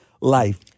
life